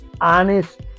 honest